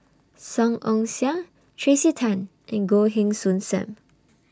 Song Ong Siang Tracey Tan and Goh Heng Soon SAM